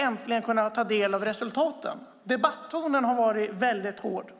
äntligen kunnat börja ta del av resultaten inom jobb och utvecklingsgarantin. Debattonen har varit hård.